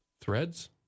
Threads